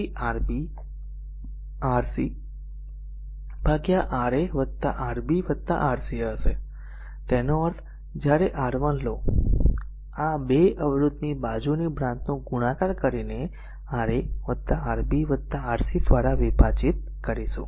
તેથી Rb Rc Ra Rb Rc હશે તેનો અર્થ જ્યારે R1 લો આ 2 અવરોધની બાજુની બ્રાંચનું ગુણાકાર કરીને Ra Rb Rc દ્વારા વિભાજિત કરીશું